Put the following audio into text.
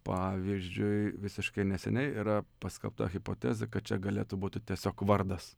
pavyzdžiui visiškai neseniai yra paskelbta hipotezė kad čia galėtų būti tiesiog vardas